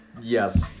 yes